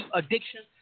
addiction